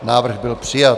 Návrh byl přijat.